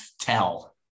tell